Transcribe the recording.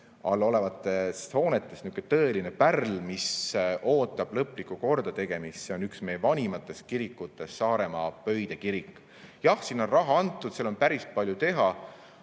all olevate hoonete seas on üks tõeline pärl, mis ootab lõplikku kordategemist. See on üks meie vanimaid kirikuid, Saaremaa Pöide kirik. Jah, sinna on raha antud, aga seal on päris palju teha.